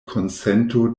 konsento